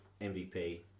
MVP